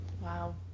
Wow